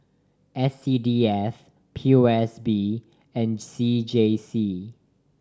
S C D F P O S B and C J C